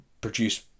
produce